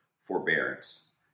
forbearance